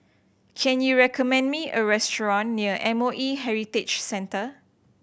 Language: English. can you recommend me a restaurant near M O E Heritage Centre